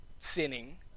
sinning